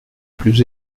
plus